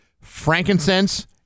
frankincense